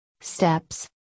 Steps